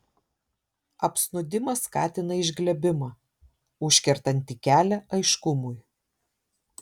apsnūdimas skatina išglebimą užkertantį kelią aiškumui